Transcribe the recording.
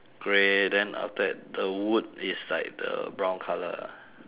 grey then after that the wood is like the brown colour ah